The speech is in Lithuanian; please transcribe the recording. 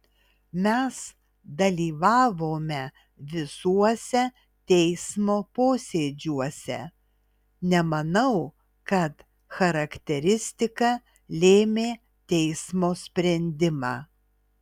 mes dalyvavome visuose teismo posėdžiuose nemanau kad charakteristika lėmė teismo sprendimą